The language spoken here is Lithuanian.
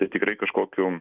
tai tikrai kažkokių